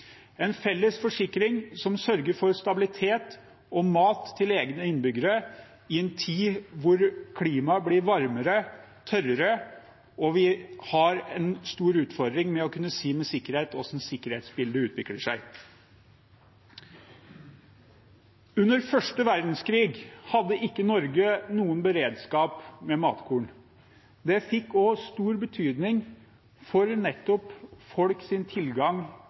en felles forsikring som sørger for stabilitet og mat til egne innbyggere i en tid hvor klimaet blir varmere, tørrere og hvor vi har en stor utfordring med å kunne si med sikkerhet hvordan sikkerhetsbildet utvikler seg. Under første verdenskrig hadde ikke Norge noen beredskap med matkorn. Det fikk også stor betydning nettopp for folks tilgang